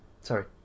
Sorry